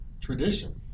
tradition